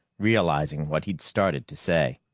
realizing what he'd started to say.